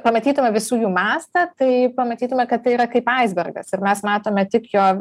pamatytumei visų jų mastą tai pamatytume kad tai yra kaip aisbergas ir mes matome tik jo